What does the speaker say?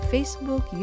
Facebook